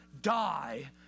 die